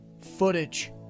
footage